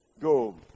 go